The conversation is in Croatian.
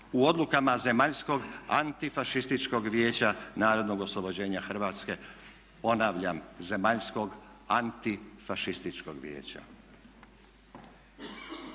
zemalja Zemaljskog antifašističkog vijeća narodnog oslobođenja Hrvatske, ponavljam Zemaljskog antifašističkog vijeća.